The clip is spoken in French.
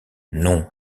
non